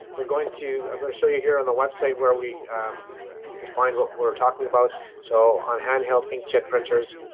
we're going to i'm going to show you here on the website where we could find what we're talking about. so on handheld inkjet printers,